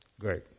great